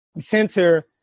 center